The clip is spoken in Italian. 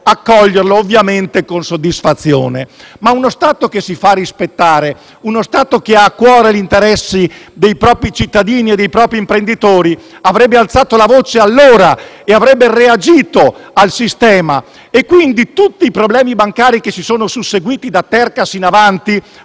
accoglierlo ovviamente con soddisfazione. Uno Stato che si fa rispettare e che ha a cuore gli interessi dei propri cittadini e dei propri imprenditori avrebbe alzato la voce allora e avrebbe reagito al sistema. Tutti i problemi bancari che si sono susseguiti da Tercas in avanti